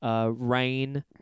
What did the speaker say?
rain